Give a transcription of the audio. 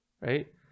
right